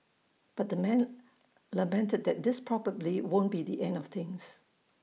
but the man lamented that this probably won't be the end of things